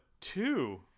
two